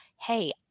hey